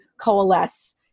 coalesce